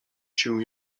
się